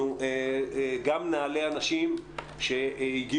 אנחנו גם נעלה אנשים שהגיעו.